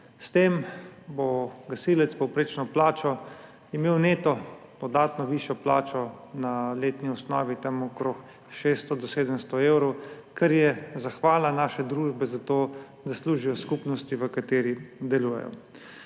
S tem bo imel gasilec s povprečno plačo neto dodatno višjo na letni osnovi za okrog 600 do 700 evrov, kar je zahvala naše družbe za to, da služijo skupnosti, v kateri delujejo.